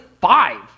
five